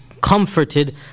comforted